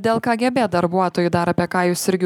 dėl kgb darbuotojų dar apie ką jūs irgi